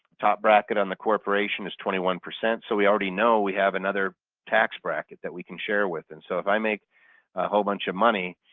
top bracket on the corporation is twenty one percent so we already know we have another tax bracket that we can share with and so if i make a whole bunch of money,